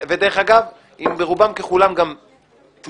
דרך אגב, ברובם ככולם תמיכה.